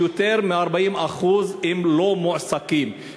שיותר מ-40% הם לא מועסקים,